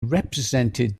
represented